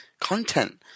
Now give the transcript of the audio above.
content